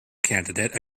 candidate